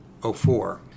04